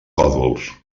còdols